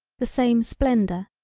the same splendor,